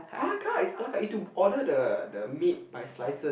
a-la-carte it's a-la-carte you to order the the meat by slices